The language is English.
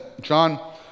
John